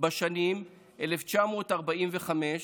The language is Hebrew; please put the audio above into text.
בשנים 1945,